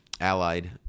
Allied